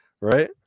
right